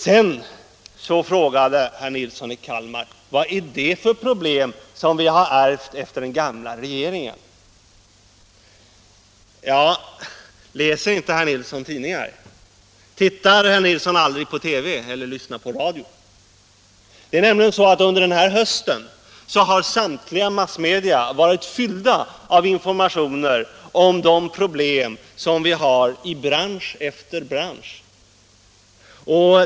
Herr Nilsson i Kalmar frågade vad det är för problem vi ärvt av den 131 gamla regeringen. Läser inte herr Nilsson tidningar? Tittar herr Nilsson aldrig på TV, lyssnar herr Nilsson aldrig på radio? Det är nämligen så att under den här hösten har samtliga massmedia varit fyllda av informationer om de problem som vi har i bransch efter bransch.